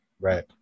Right